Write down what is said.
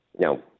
No